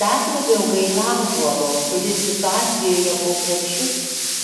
dar labiau gaila ąžuolo kuris situacijoje po krepšiu